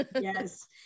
yes